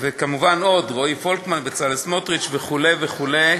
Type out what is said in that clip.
וכמובן עוד, רועי פולקמן, בצלאל סמוטריץ וכו' וכו'